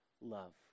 love